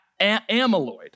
amyloid